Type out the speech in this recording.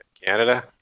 Canada